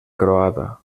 croada